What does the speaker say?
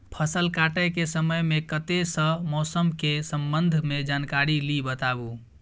फसल काटय के समय मे कत्ते सॅ मौसम के संबंध मे जानकारी ली बताबू?